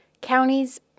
Counties